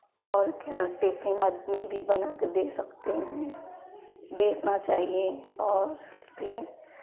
और क्या टिफिन भी बना के दे सकते हैं देखना चाहिए और भी